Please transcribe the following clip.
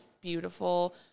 beautiful